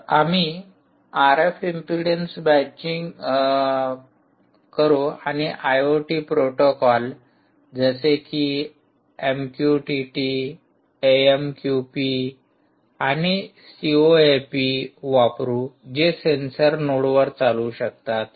तर आम्ही RF impedance matching करू आणि मग आयओटी प्रोटोकॉल जसे की एम्क्युटीटी आणि एएमक्यूपी आणि सीओएपी वापरु जे सेन्सर नोड्सवर चालु शकतात